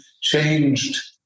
changed